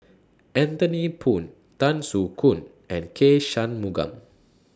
Anthony Poon Tan Soo Khoon and K Shanmugam